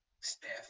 Steph